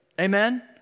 Amen